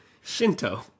Shinto